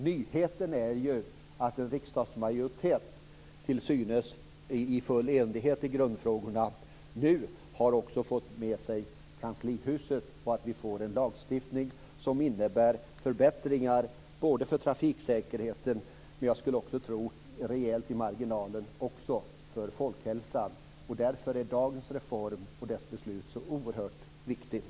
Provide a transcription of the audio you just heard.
Nyheten är att en riksdagsmajoritet, till synes i full enighet i grundfrågorna, nu också har fått med sig kanslihuset och att vi får en lagstiftning som innebär förbättringar både för trafiksäkerheten och - skulle jag tro - i marginalen också för folkhälsan. Därför är dagens beslut om denna reform så oerhört viktigt.